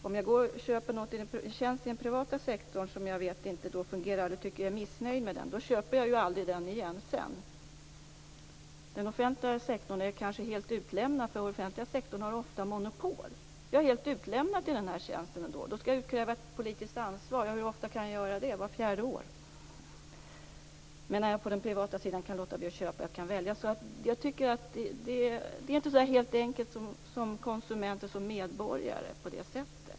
Om jag köper en tjänst inom den privata sektorn som jag är missnöjd med, köper jag aldrig den igen. Inom den offentliga sektorn är jag kanske helt utlämnad, för den offentliga sektorn har ofta monopol. Då skall jag utkräva ett politiskt ansvar. Hur ofta kan jag göra det? Vart fjärde år? På den privata sidan kan jag däremot låta bli att köpa, jag kan välja. Jag tycker att det inte är så enkelt för konsumenter och medborgare.